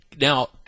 now